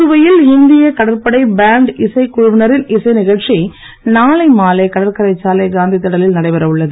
புதுவையில் இந்திய கடற்படை பேண்ட் இசைக் குழுவினரின் இசைக் குழுவினரின் இசை நிகழ்ச்சி நாளை மாலை கடற்கரை சாலை காந்தித்திடலில் நடைபெற உள்ளது